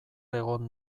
egon